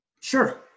Sure